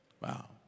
Wow